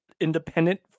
Independent